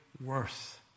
worth